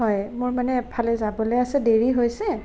হয় মোৰ মানে এফালে যাবলৈ আছে দেৰি হৈছে